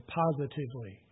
positively